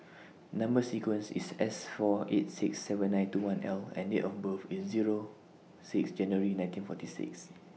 Number sequence IS S four eight six seven nine two one L and Date of birth IS Zero six January nineteen forty six